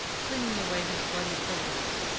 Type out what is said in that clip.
flinging away his bloody poleaxe,